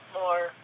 more